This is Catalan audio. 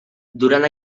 durant